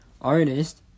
artist